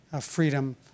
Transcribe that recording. freedom